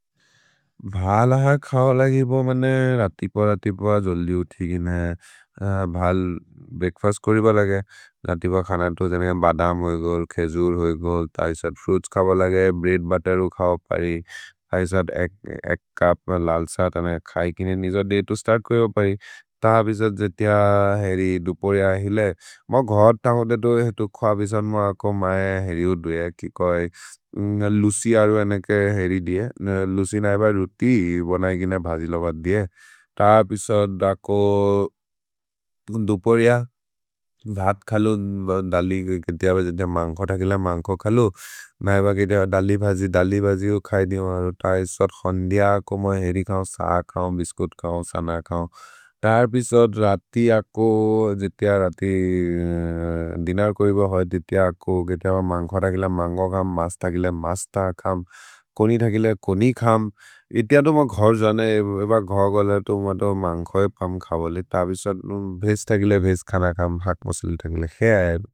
भ्हल् अह खओ लगिपो मेने रतिपो रतिपो जल्दि उ थिकिने, भल् ब्रेअक्फस्त् करिपो लगे, रतिपो खन तो जनेग बदम् होइ गोल्, खेजुर् होइ गोल्, तैसत् फ्रुइत्स् खओ लगे, ब्रेअद् बुत्तेरु खओ परि, तैसत् एक् चुप् लल्स तने खै किने निजोद् दय् तो स्तर्त् कोइ हो परि। तैसत् जेतिह हेरि दुपरिअ हिले, म घर् तन्गो दे तो हेतु ख्व विसन् म अको महे हेरि हो द्वे, कोइ लुसि अरु अनेके हेरि दिए। लुसि न एब रुति बनगि न भजि लबद् दिए, तैसत् अको दुपरिअ भत् खलु दलि जेतिह भजि, जेतिह मन्खो थकिल मन्खो खलु, न एब जेतिह दलि भजि, दलि भजि हो खै दि मरु। तैसत् खन्दि अको म हेरि खओ, सह खओ, बिस्कुत् खओ, सन खओ, तैसत् रति अको, जेतिह रति, दिनर् कोइ भ होइ जेतिह अको। जेतिह मन्खो थकिल मन्खो खम्, मस् थकिल मस् थ खम्, कोनि थकिल कोनि खम्, जेतिह तो म घर् जने, एब घर् गोले तो म तो मन्खो खम् खबोले, तैसत् भेस् थकिल भेस् खन खम्, भत् मसल थकिल खै अए,।